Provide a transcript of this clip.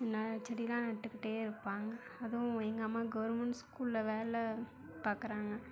சின்ன செடிலாம் நட்டுக்கிட்டே இருப்பாங்க அதுவும் எங்கள் அம்மா கவர்மெண்ட் ஸ்கூலில் வேலை பார்க்கறாங்க